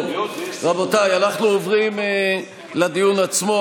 רבותיי, אנחנו עוברים לדיון עצמו.